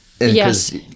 Yes